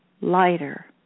lighter